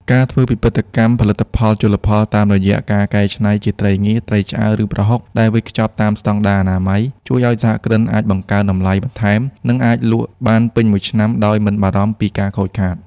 ការធ្វើពិពិធកម្មផលិតផលជលផលតាមរយៈការកែច្នៃជាត្រីងៀត ត្រីឆ្អើរ ឬប្រហុកដែលវេចខ្ចប់តាមស្ដង់ដារអនាម័យ ជួយឱ្យសហគ្រិនអាចបង្កើនតម្លៃបន្ថែម និងអាចលក់បានពេញមួយឆ្នាំដោយមិនបារម្ភពីការខូចខាត។